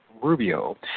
Rubio